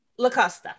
LaCosta